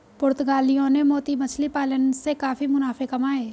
पुर्तगालियों ने मोती मछली पालन से काफी मुनाफे कमाए